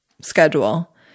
schedule